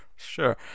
Sure